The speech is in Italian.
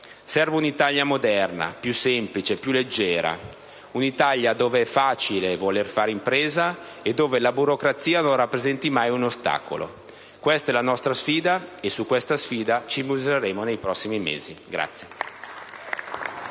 Serve un'Italia moderna, più semplice, più leggera; un'Italia dove è facile voler fare impresa e dove la burocrazia non rappresenti mai un ostacolo. Questa è la nostra sfida, e su questa sfida ci misureremo nei prossimi mesi.